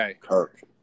Kirk